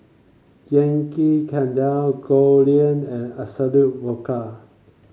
Yankee Candle Goldlion and Absolut Vodka